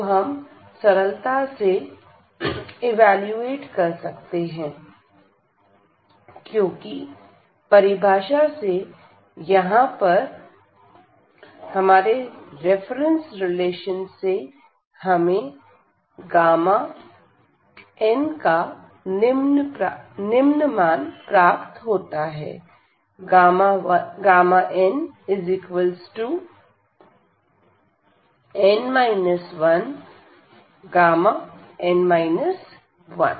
तो हम सरलता से ईवेलुएट कर सकते हैं क्योंकि परिभाषा से या हमारे रेफरेंस रिलेशन से हमें n का निम्न मान प्राप्त होता है nΓ